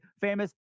famous